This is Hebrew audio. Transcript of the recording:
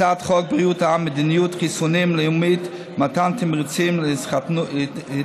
והצעת חוק בריאות העם (מדיניות חיסונים לאומית ומתן תמריצים להתחסנות),